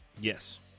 Yes